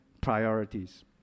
priorities